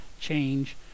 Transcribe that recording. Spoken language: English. change